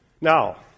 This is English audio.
Now